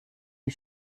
die